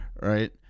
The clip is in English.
right